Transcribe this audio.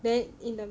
then in the